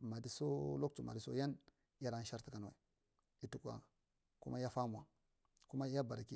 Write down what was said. madiso lad to madiso yan yada shar takan wai ya tukwa kumu ya fa. Mwa kuma ya bara ki